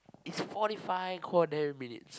is forty five quarter minutes